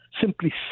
simply